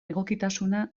egokitasuna